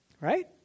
Right